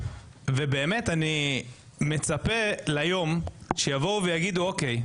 אני מצפה ליום שיבואו ויגידו: "אוקי,